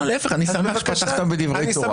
להפך, אני שמח שפתחת בדברי תורה.